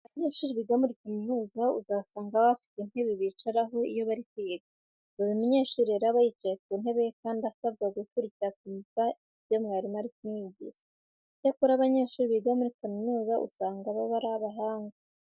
Abanyeshuri biga muri kaminuza uzanga baba bafite intebe bicaraho iyo bari kwiga. Buri munyeshuri rero aba yicaye ku ntebe ye kandi asabwa gukurikira akumva ibyo mwarimu ari kumwigisha. Icyakora abanyeshuri biga muri kaminuza usanga baba ari abahanga.